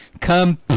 come